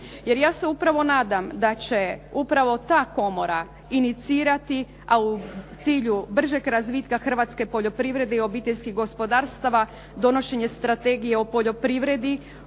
Jer ja se upravo nadam da će upravo ta komora inicirati a u cilju bržeg razvitka hrvatske poljoprivrede i obiteljskih gospodarstava donošenje Strategije o poljoprivredi,